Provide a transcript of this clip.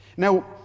Now